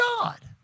God